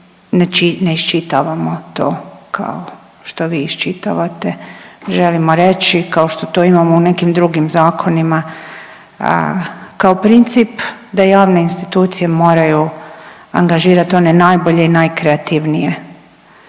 ne iščitavamo to kao što vi iščitavate. Želimo reći kao što to imamo u nekim drugim zakonima kao princip da javne institucije moraju angažirat one najbolje i najkreativnije